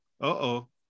uh-oh